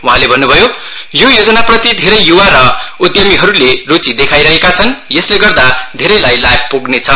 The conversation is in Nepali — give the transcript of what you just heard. वहाँले भन्नु भयो यो योजनाप्रति धेरै युवा र उद्यमीहरूले रूचि देखाईरहेका छन यसले गर्दा धेरै लाई लाभ पुग्नेछ